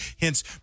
Hence